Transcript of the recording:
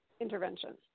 intervention